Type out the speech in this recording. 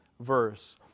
verse